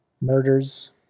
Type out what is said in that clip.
murders